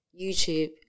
YouTube